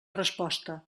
resposta